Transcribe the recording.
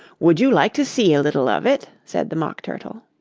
would you like to see a little of it said the mock turtle.